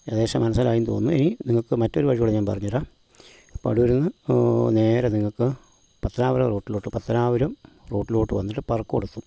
ഏകദേശം മനസ്സിലായെന്ന് തോന്നുന്നു ഇനി നിങ്ങൾക്ക് മറ്റൊരു വഴി കൂടി ഞാൻ പറഞ്ഞ് തരാം അപ്പം അടൂര് നിന്ന് നേരെ നിങ്ങൾക്ക് പത്തനാപുരം റൂട്ടിലോട്ട് പത്തനാപുരം റൂട്ടിലോട്ട് വന്നിട്ട് പറക്കോട്